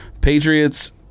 Patriots